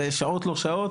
בשעות לא שעות,